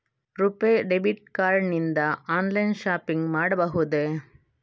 RuPay debit card ನಿಂದ online shopping ಮಾಡಬಹುದೇ?